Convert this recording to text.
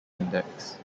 index